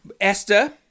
esther